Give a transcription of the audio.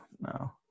No